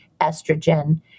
estrogen